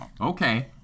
Okay